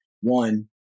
one